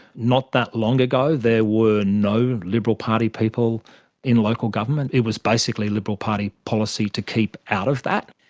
not that long ago there were no liberal party people in local government. it was basically liberal party policy to keep out of that.